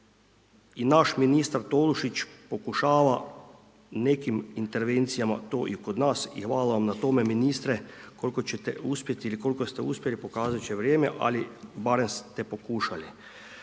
i naš ministar Tolušić pokušava nekim intervencijama to i kod nas i hvala vam na tome ministre, koliko ćete uspjeti ili koliko ste uspjeli pokazati će vrijeme ali barem ste pokušali.